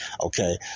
Okay